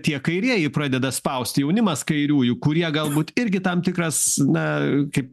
tie kairieji pradeda spausti jaunimas kairiųjų kurie galbūt irgi tam tikras na kaip